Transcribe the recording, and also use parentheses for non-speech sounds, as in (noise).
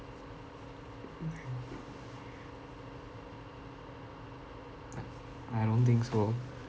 (noise) I don't think so